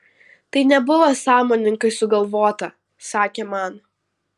tai nebuvo sąmoningai sugalvota sakė man